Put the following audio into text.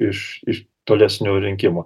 iš iš tolesnių rinkimų